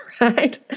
right